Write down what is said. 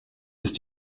ist